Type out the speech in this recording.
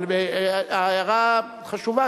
אבל ההערה חשובה,